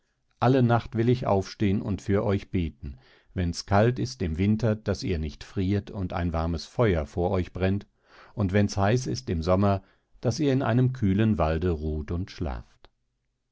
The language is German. alle nacht will ich aufstehen und für euch beten wenns kalt ist im winter daß ihr nicht friert und ein warmes feuer vor euch brennt und wenns heiß ist im sommer daß ihr in einem kühlen walde ruht und schlaft